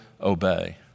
obey